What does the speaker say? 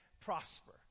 prosper